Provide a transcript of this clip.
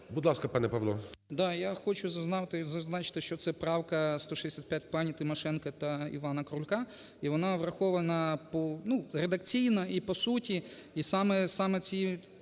Будь ласка, пане Павло,